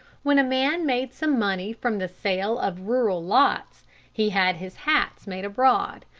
when a man made some money from the sale of rural lots he had his hats made abroad,